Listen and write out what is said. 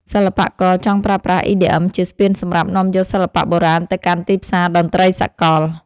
សិល្បករចង់ប្រើប្រាស់ EDM ជាស្ពានសម្រាប់នាំយកសិល្បៈបុរាណទៅកាន់ទីផ្សារតន្ត្រីសកល។